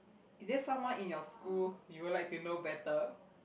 is there someone in your school you would like to know better